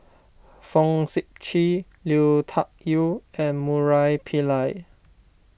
Fong Sip Chee Lui Tuck Yew and Murali Pillai